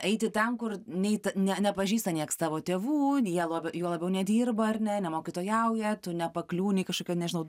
eiti ten kur neit ne nepažįsta niekas tavo tėvų jie labiau juo labiau nedirba ar ne nemokytojauja tu nepakliūni į kažkokią nežinau